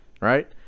right